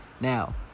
Now